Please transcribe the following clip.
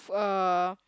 uh